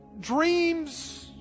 dreams